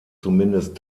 zumindest